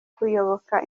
kuyoboka